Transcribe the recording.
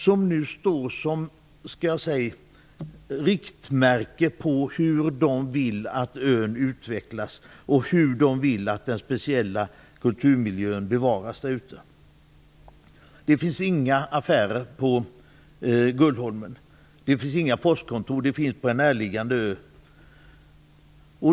Det står nu som ett riktmärke för hur de vill att ön utvecklas och hur de vill att den speciella kulturmiljön bevaras där ute. Det finns ingen affär och inget postkontor på Gullholmen, utan det finns på en närliggande ö.